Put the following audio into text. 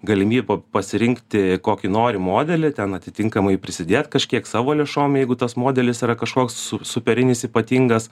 galimybė pasirinkti kokį nori modelį ten atitinkamai prisidėt kažkiek savo lėšom jeigu tas modelis yra kažkoks su superinis ypatingas